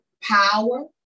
power